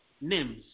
Names